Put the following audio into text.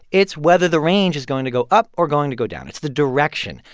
it's whether the range is going to go up or going to go down. it's the direction.